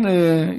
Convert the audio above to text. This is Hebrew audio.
כן.